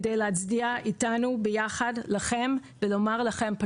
כדי להצדיע לכם איתנו ביחד ולומר לכם,